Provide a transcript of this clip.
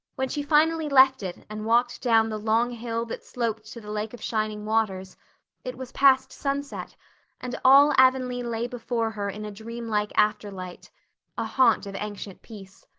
when she finally left it and walked down the long hill that sloped to the lake of shining waters it was past sunset and all avonlea lay before her in a dreamlike afterlight a haunt of ancient peace.